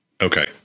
Okay